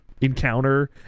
encounter